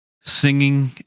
singing